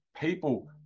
people